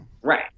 right